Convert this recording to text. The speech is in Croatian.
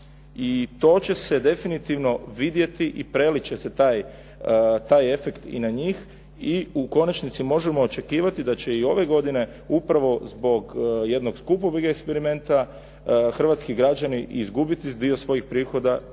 to će se definitivno vidjeti i prelit će se taj efekt i na njih i u konačnici možemo očekivati da će i ove godine upravo zbog jednog skupog eksperimenta hrvatski građani izgubiti dio svojih prihoda